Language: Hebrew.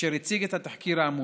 אשר הציג את התחקיר האמור.